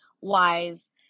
wise